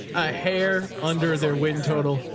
a hair under their wind total.